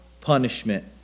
punishment